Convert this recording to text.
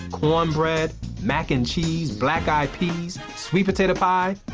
corn bread, mack n cheese, black-eyed peas. sweet potato pie.